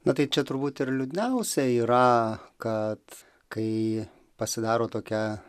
na tai čia turbūt ir liūdniausia yra kad kai pasidaro tokia